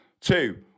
Two